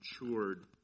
matured